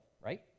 right